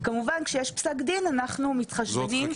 כמובן שכשיש פסק דין אנחנו מתחשבנים על ההיטל הסופי.